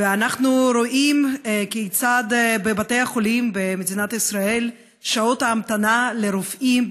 ואנחנו רואים כיצד בבתי החולים במדינת ישראל שעות ההמתנה לרופאים,